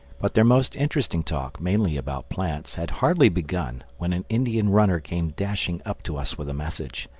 but their most interesting talk, mainly about plants, had hardly begun when an indian runner came dashing up to us with a message.